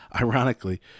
ironically